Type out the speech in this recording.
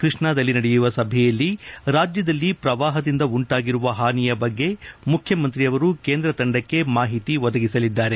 ಕೃಷ್ಣಾದಲ್ಲಿ ನಡೆಯುವ ಸಭೆಯಲ್ಲಿ ರಾಜ್ಯದಲ್ಲಿ ಪ್ರವಾಹದಿಂದ ಉಂಟಾಗಿರುವ ಹಾನಿಯ ಬಗ್ಗೆ ಮುಖ್ಯಮಂತ್ರಿ ಕೇಂದ್ರ ತಂಡಕ್ಕೆ ಮಾಹಿತಿ ಒದಗಿಸಲಿದ್ದಾರೆ